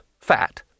fat